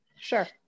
Sure